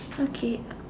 okay